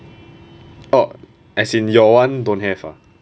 oh as in your [one] don't have ah